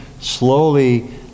slowly